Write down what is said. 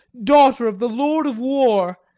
daughter of the lord of war.